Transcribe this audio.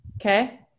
Okay